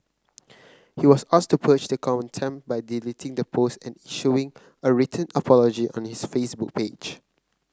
he was asked to purge the contempt by deleting the post and issuing a written apology on his Facebook page